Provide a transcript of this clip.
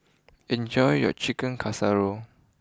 enjoy your Chicken Casserole